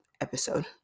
episode